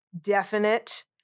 definite